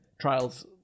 trials